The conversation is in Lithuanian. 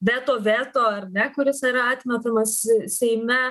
veto veto ar ne kuris yra atmetamas seime